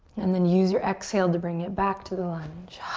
and then use your exhale to bring it back to the lunge.